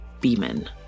Beeman